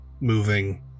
moving